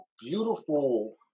beautiful